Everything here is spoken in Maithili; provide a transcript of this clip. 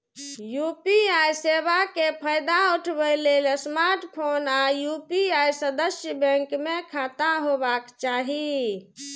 यू.पी.आई सेवा के फायदा उठबै लेल स्मार्टफोन आ यू.पी.आई सदस्य बैंक मे खाता होबाक चाही